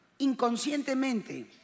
Inconscientemente